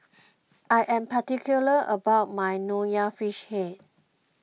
I am particular about my Nonya Fish Head